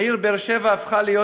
העיר באר שבע הפכה להיות